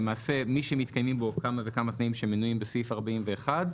למעשה מי שמתקיימים בו כמה וכמה תנאים שמנויים בסעיף 41,